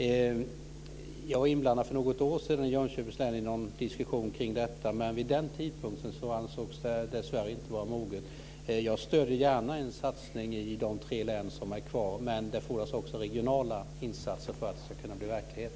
Jag var iblandad för något år sedan i Jönköpings län i en diskussion kring detta. Vid den tidpunkten ansågs det dessvärre inte tiden vara mogen. Jag stöder gärna en satsning i de tre län som är kvar. Men det fordras också regionala insatser för att det ska kunna bli verklighet.